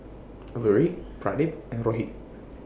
Alluri Pradip and Rohit